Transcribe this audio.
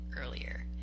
earlier